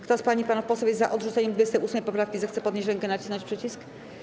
Kto z pań i panów posłów jest za odrzuceniem 28. poprawki, zechce podnieść rękę i nacisnąć przycisk.